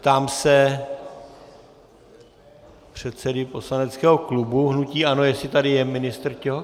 Ptám se předsedy poslaneckého klubu hnutí ANO, jestli tady je ministr Ťok.